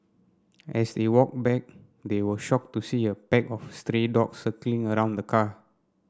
as they walked back they were shocked to see a pack of dogs circling around the car